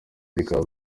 bikaba